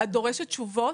את דורשת תשובות?